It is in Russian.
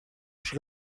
шри